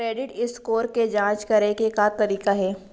Credit score के जाँच करे के का तरीका हे?